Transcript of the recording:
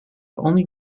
only